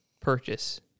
purchase